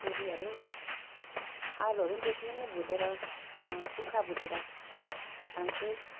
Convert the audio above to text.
सिमीहरू आलुहरू पनि त्यसरी नै भुटेर सुक्खा भुटेर खान्छु